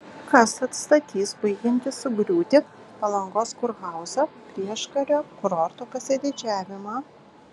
kas atstatys baigiantį sugriūti palangos kurhauzą prieškario kurorto pasididžiavimą